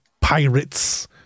pirates